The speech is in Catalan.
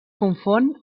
confon